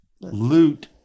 loot